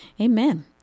Amen